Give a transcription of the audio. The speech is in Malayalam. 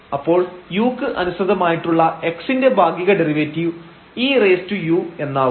അപ്പോൾ u ക്ക് അനുസൃതമായിട്ടുള്ള x ന്റെ ഭാഗിക ഡെറിവേറ്റീവ് eu എന്നാവും